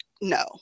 no